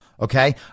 okay